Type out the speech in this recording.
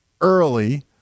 early